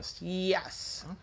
Yes